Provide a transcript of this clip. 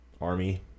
Army